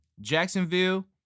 Jacksonville